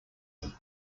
them